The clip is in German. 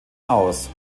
aus